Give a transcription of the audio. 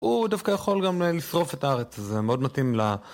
הוא דווקא יכול גם לשרוף את הארץ הזה, מאוד מתאים ל...